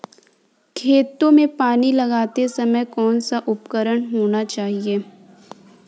खेतों में पानी लगाते समय कौन सा उपकरण होना चाहिए?